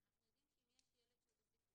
שאנחנו יודעים שאם יש ילד שהוא בסיכון,